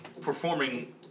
performing